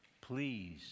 please